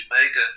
Jamaica